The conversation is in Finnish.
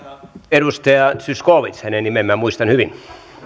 edustaja zyskowicz hänen nimensä minä muistan hyvin